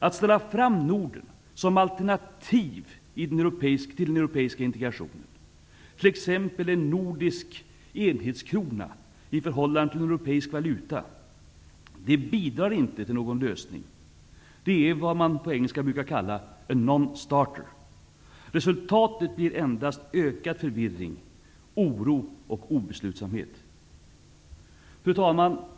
Att ställa fram Norden som alternativ till den europeiska integrationen och föreslå t.ex. en nordisk enhetskrona i förhållande till en europeisk valuta bidrar inte till någon lösning. Det är vad man på engelska brukar kalla en non-starter. Resultat blir endast ökad förvirring, oro och obeslutsamhet. Fru talman!